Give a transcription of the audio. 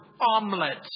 omelette